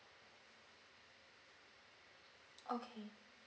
okay